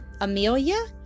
Amelia